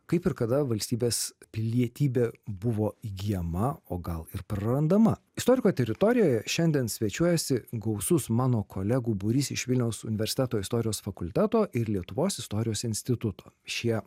kaip ir kada valstybės pilietybė buvo įgyjama o gal ir prarandama istoriko teritorijoje šiandien svečiuojasi gausus mano kolegų būrys iš vilniaus universiteto istorijos fakulteto ir lietuvos istorijos instituto šie